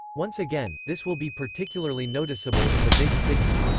once again, this will be particularly noticeable in the big cities.